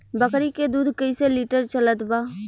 बकरी के दूध कइसे लिटर चलत बा?